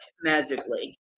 magically